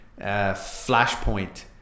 Flashpoint